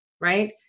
right